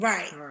Right